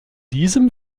diesem